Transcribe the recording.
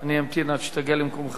אני אמתין עד שתגיע למקומך.